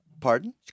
pardon